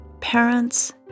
parents